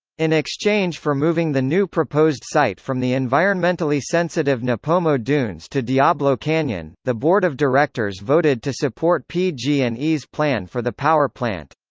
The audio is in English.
in exchange for moving the new proposed site from the environmentally sensitive nipomo dunes to diablo canyon, the board of directors voted to support pg and e's plan for the power plant.